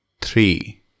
three